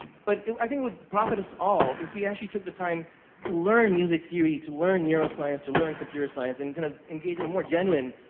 but, i think it would profit us all if we actually took the time to learn music theory, to learn neuro-science, to learn computer science, and kind of engage in a more genuine,